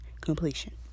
completion